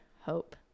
hope